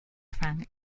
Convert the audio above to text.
fang